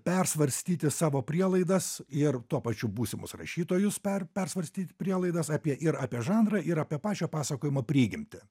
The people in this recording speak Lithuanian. persvarstyti savo prielaidas ir tuo pačiu būsimus rašytojus per persvarstyt prielaidas apie ir apie žanrą ir apie pačio pasakojimo prigimtį